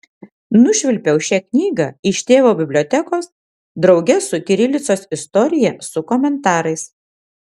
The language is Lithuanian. nušvilpiau šią knygą iš tėvo bibliotekos drauge su kirilicos istorija su komentarais